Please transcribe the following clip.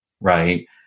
right